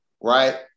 right